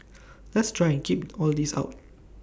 let's try and keep all this out